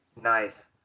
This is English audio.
Nice